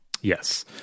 Yes